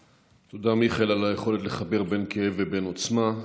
תודה, מיכאל, על היכולת לחבר בין כאב לבין עוצמה.